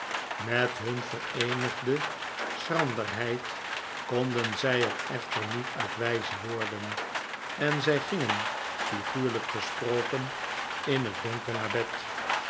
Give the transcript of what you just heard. met hun vereenigde schranderheid konden zij er echter niet uit wijs worden en zij gingen figuurlijk gesproken in het donker naar bed